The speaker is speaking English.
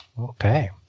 Okay